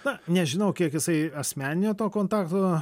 na nežinau kiek jisai asmeninių kontaktų